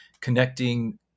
connecting